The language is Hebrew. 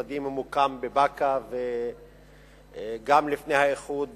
משרדי ממוקם בבאקה, וגם לפני האיחוד